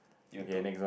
you too